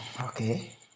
okay